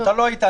לא היית.